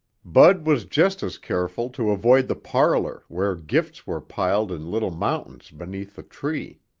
bud was just as careful to avoid the parlor where gifts were piled in little mountains beneath the tree.